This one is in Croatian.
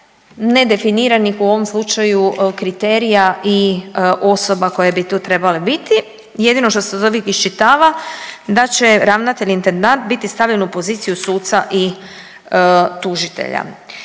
nedefiniranih u ovom slučaju kriterija i osoba koje bi to trebale biti. Jedino što se iz ovih iščitava da će ravnatelj intendant biti stavljen u poziciju suca i tužitelja.